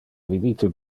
vidite